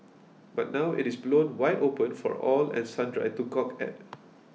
but now it is blown wide open for all and sundry to gawk at